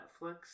Netflix